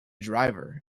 driver